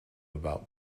about